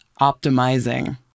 optimizing